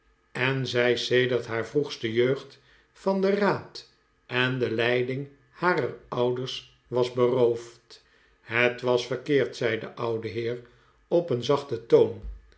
en dat zij sedert haar vroegste jeugd van den raad en de leiding harer ouders was beroofd het was verkeerd zei de oude heer op een zachteren toon